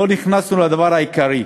לא נכנסנו לדבר העיקרי.